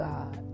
God